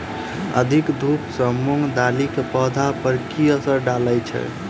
अधिक धूप सँ मूंग दालि केँ पौधा पर की असर डालय छै?